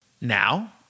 now